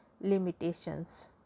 limitations